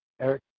Eric